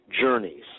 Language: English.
journeys